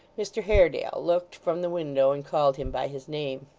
mr haredale looked from the window and called him by his name.